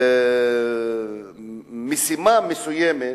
משימה מסוימת